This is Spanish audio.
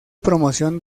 promoción